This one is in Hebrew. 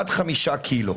עד 5 קילו.